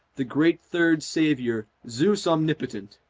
the great third saviour, zeus omnipotent